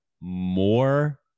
more